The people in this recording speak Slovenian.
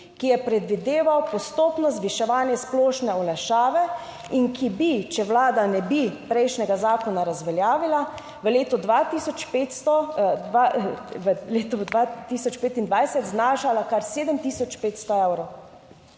ki je predvideval postopno zviševanje splošne olajšave in ki bi, če vlada ne bi prejšnjega zakona razveljavila v letu 2025 znašala kar 7500 evrov.